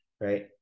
right